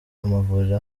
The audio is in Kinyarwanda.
amavuriro